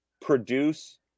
produce